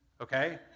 okay